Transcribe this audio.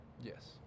Yes